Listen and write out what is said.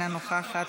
אינה נוכחת,